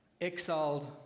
exiled